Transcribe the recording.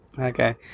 Okay